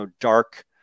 dark